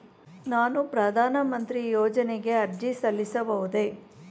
ನಾನು ಪ್ರಧಾನ ಮಂತ್ರಿ ಯೋಜನೆಗೆ ಅರ್ಜಿ ಸಲ್ಲಿಸಬಹುದೇ?